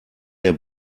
der